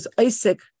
Isaac